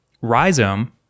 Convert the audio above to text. Rhizome